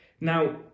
now